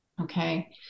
okay